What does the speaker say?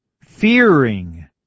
fearing